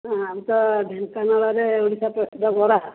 ଆମର ତ ଢେଙ୍କାନାଳରେ ଓଡ଼ିଶା ପ୍ରସିଦ୍ଧ ବରା